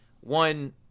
one